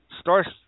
starts